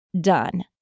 done